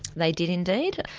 they did indeed.